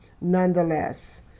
Nonetheless